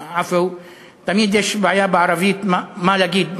תמיד יש בעיה בערבית מה להגיד,